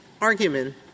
argument